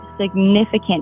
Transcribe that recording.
significant